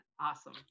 Awesome